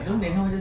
ya